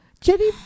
Jenny